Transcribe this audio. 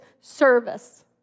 service